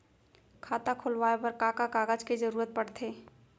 खाता खोलवाये बर का का कागज के जरूरत पड़थे?